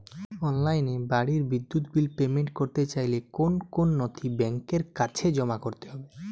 অনলাইনে বাড়ির বিদ্যুৎ বিল পেমেন্ট করতে চাইলে কোন কোন নথি ব্যাংকের কাছে জমা করতে হবে?